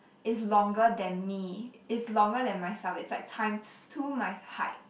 is longer than me is longer than myself it's like times two my height